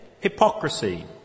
hypocrisy